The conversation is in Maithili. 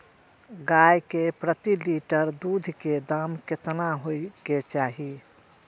गाय के प्रति लीटर दूध के दाम केतना होय के चाही?